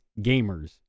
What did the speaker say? gamers